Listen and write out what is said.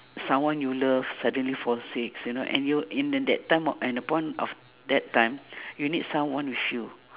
someone you love suddenly fall sicks you know and you and in the that time and the point of that time you need someone with you